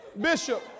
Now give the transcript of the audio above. Bishop